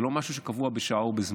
זה לא משהו שקבוע בשעה או בזמן.